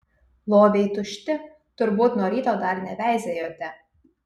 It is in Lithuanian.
loviai tušti turbūt nuo ryto dar neveizėjote